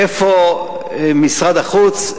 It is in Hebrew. איפה משרד החוץ?